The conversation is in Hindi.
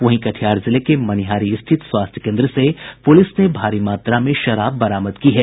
वहीं कटिहार जिले के मनिहारी स्थित स्वास्थ्य केन्द्र से पूलिस ने भारी मात्रा में शराब बरामद की है